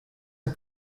are